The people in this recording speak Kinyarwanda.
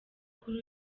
kuri